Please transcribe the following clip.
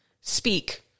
speak